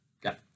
got